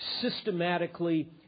systematically